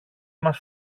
μας